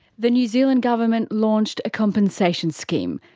the new zealand government launched a compensation scheme.